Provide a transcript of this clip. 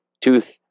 tooth